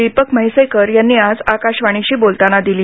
दीपक म्हैसेकर यांनी आज आकाशवाणीशी बोलताना दिली